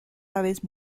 aves